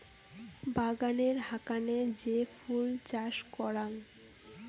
বাগানের হাকানে যে ফুল চাষ করাং